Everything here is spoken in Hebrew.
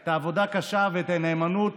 את העבודה הקשה ואת הנאמנות,